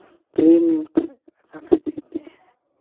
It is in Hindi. ट्रे में उठा कर रख देते हैं